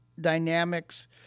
dynamics